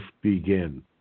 begin